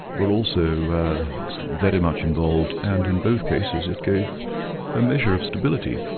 but also very much involved, and in both cases it gave a measure of stability,